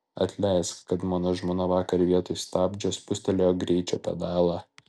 atleisk kad mano žmona vakar vietoj stabdžio spustelėjo greičio pedalą